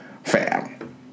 Fam